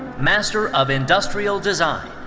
master of industrial design.